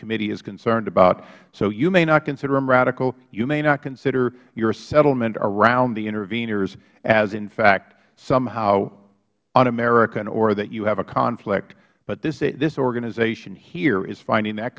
committee is concerned about so you may not consider them radical you may not consider your settlement around the intervenors as in fact somehow unamerican or that you have a conflict but this organization here is finding that